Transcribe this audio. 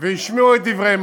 את דבריהם.